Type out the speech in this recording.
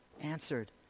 answered